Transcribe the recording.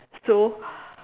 so